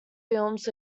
films